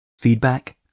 Feedback